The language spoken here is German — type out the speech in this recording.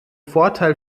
vorteil